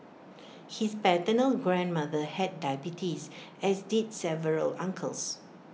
his paternal grandmother had diabetes as did several uncles